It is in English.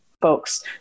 folks